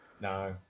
No